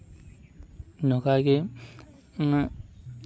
ᱱᱚᱝᱠᱟ ᱜᱮ ᱢᱟᱱᱮ